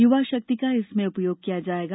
युवा शक्ति का इसमें उपयोग किया जाएगा